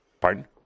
Pardon